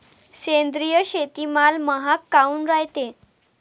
सेंद्रिय शेतीमाल महाग काऊन रायते?